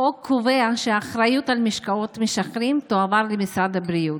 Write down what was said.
החוק קובע שהאחריות על משקאות משכרים תועבר למשרד הבריאות.